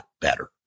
better